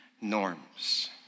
norms